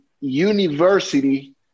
university